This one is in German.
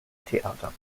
theater